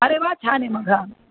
अरे वा छान आहे मग हा